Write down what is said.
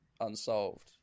unsolved